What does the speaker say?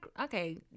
okay